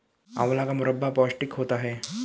आंवला का मुरब्बा पौष्टिक होता है